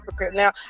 Now